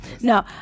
No